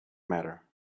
matter